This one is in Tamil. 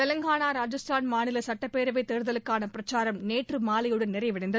தெலங்கானா ராஜஸ்தான் மாநில சட்டப்பேரவை தேர்தலுக்கான பிரச்சாரம் நேற்றுமாலையுடன் நிறைவடைந்து